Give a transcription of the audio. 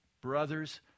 brothers